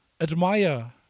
admire